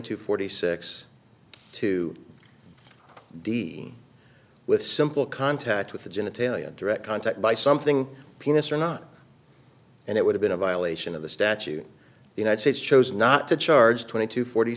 to forty six to deal with simple contact with the genitalia and direct contact by something penis or not and it would have been a violation of the statute united states chose not to charge twenty two forty